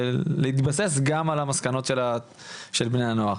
ולהתבסס גם על המסקנות של בני הנוער.